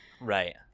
Right